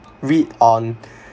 read on